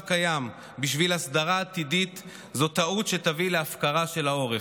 קיים בשביל הסדרה עתידית זאת טעות שתביא להפקרה של העורף.